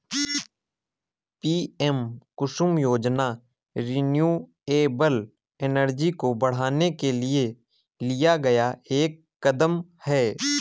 PM Kusum योजना renewable energy को बढ़ाने के लिए लिया गया एक कदम है